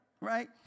right